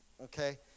okay